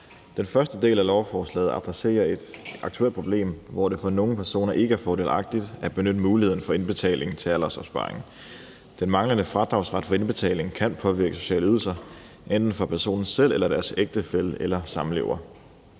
Den første del af lovforslaget adresserer et aktuelt problem, hvor det for nogle personer ikke er fordelagtigt at benytte muligheden for indbetaling til aldersopsparing. Den manglende fradragsret for indbetalingen kan påvirke sociale ydelser, enten for personen selv eller vedkommendes ægtefælle eller samlever.